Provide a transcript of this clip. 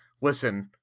Listen